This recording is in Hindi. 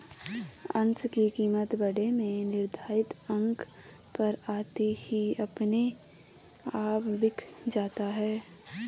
अंश की कीमत बाड़े में निर्धारित अंक पर आते ही अपने आप बिक जाता है